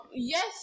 Yes